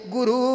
Guru